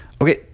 okay